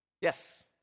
Yes